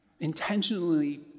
Intentionally